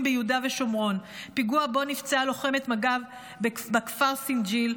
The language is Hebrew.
ביהודה ושומרון: פיגוע שבו נפצעה לוחמת מג"ב בכפר סינג'יל,